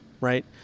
right